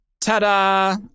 Ta-da